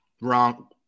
Wrong